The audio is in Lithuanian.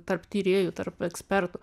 tarp tyrėjų tarp ekspertų